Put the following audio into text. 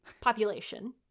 population